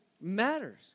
matters